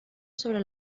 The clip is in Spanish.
sobre